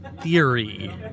theory